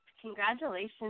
Congratulations